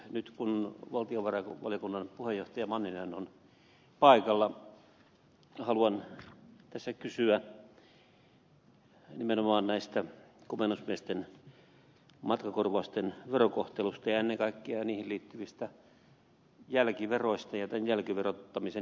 nyt kun valtiovarainvaliokunnan puheenjohtaja manninen on paikalla haluan tässä kysyä nimenomaan komennusmiesten matkakorvausten verokohtelusta ja ennen kaikkea niihin liittyvistä jälkiveroista ja jälkiverotuksen jatkumisesta